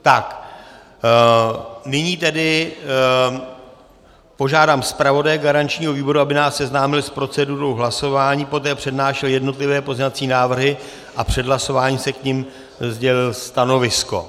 Tak nyní tedy požádám zpravodaje garančního výboru, aby nás seznámil s procedurou hlasování, poté přednášel jednotlivé pozměňovací návrhy a před hlasováním k nim sdělil stanovisko.